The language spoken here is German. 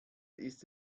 ist